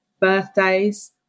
birthdays